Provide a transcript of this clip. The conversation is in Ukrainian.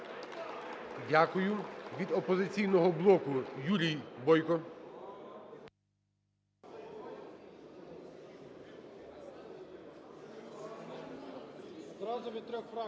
Дякую. Від "Опозиційного блоку" Юрій Бойко.